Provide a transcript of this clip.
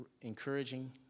encouraging